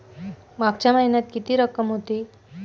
मागच्या महिन्यात किती रक्कम होती?